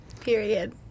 Period